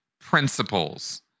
principles